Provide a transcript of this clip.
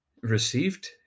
received